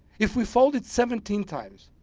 if we fold it seventeen times,